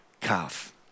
calf